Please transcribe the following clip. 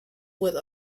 with